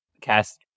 cast